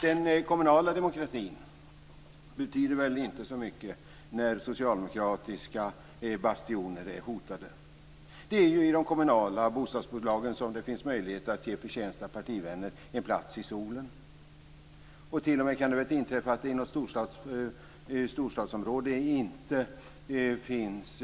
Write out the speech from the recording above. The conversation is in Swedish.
Den kommunala demokratin betyder väl inte så mycket när socialdemokratiska bastioner är hotade. Det är ju i de kommunala bostadsbolagen som det finns möjligheter att ge förtjänta partivänner en plats i solen. Det kan väl t.o.m. inträffa att det i något storstadsområde inte finns